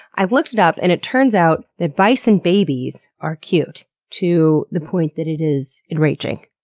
i looked it up and it turns out that bison babies are cute to the point that it is enraging.